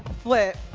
flip,